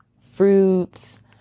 fruits